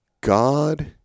God